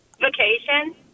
vacation